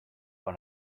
when